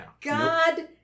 God